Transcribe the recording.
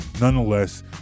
nonetheless